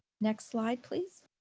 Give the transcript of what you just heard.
next slide, please.